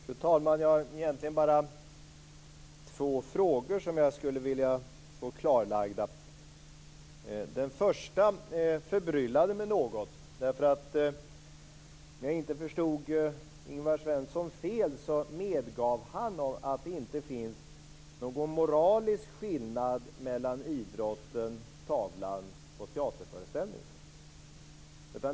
Fru talman! Jag har två frågor som jag skulle vilja få klarlagda. Den första frågan förbryllade mig något. Om jag inte förstod Ingvar Svensson fel medgav han att det inte finns någon moralisk skillnad mellan idrotten, tavlan och teaterföreställningen.